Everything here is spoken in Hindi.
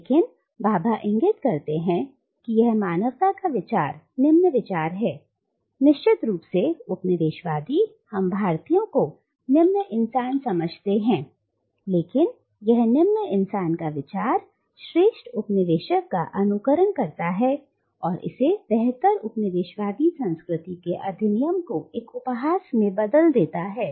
लेकिन भाभा इंगित करते हैं कि यह मानवता का निम्न विचार है निश्चित रूप से उपनिवेशवादी हम भारतीयों को निम्न इंसान समझते हैं लेकिन यह निम्न इंसान का विचार श्रेष्ठ उपनिवेशक का अनुकरण करता है और इस बेहतर उपनिवेशवादी संस्कृति के अधिनियम को एक उपहास में बदल देता है